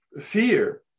fear